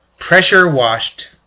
Pressure-washed